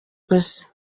gusa